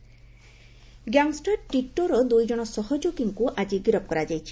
ଟିଟୋ ଜେରା ଗ୍ୟାଙ୍ଗଷ୍କାର୍ ଟିଟୋର ଦୁଇଜଶ ସହଯୋଗୀଙ୍କୁ ଆଜି ଗିରଫ କରାଯାଇଛି